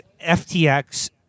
FTX